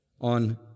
on